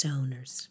Owners